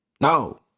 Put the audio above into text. no